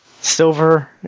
Silver